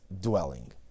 dwelling